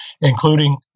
including